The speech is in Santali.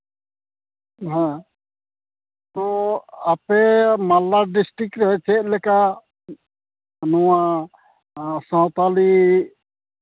ᱦᱮᱸ ᱛᱳ ᱟᱯᱮ ᱢᱟᱞᱫᱟ ᱰᱤᱥᱴᱤᱠ ᱨᱮ ᱪᱮᱫ ᱞᱮᱠᱟ ᱱᱚᱣᱟ ᱥᱟᱶᱛᱟᱞᱤ